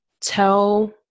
tell